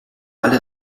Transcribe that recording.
alle